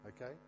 okay